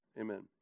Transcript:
Amen